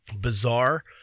bizarre